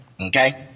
Okay